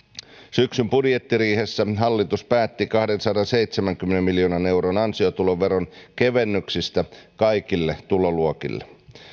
syksyn budjettiriihessä hallitus päätti kahdensadanseitsemänkymmenen miljoonan euron ansiotuloveron kevennyksistä kaikille tuloluokille